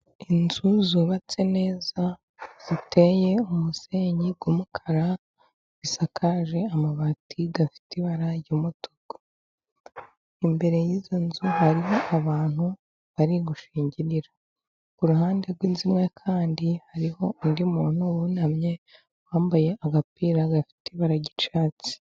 Inzu zubatse neza, ziteye umusenyi w'umukara, zisakaje amabati afite ibara ry'umutuku, imbere y'izo nzu hariho abantu bari gushingirira, ku ruhande rw'inzu imwe kandi hariho undi muntu wunamye wambaye agapira gafite ibara ry'icyatsi.